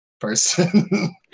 person